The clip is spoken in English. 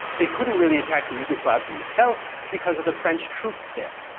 they couldn't really attack the yugoslavs in the south because of the french troops there,